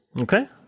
Okay